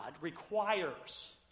requires